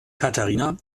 katharina